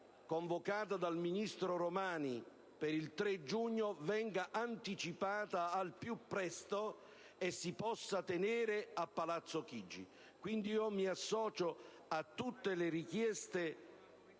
convocata dal ministro Romani per il 3 giugno venga anticipata al più presto e si possa tenere a Palazzo Chigi. Pertanto, associandomi a tutte le richieste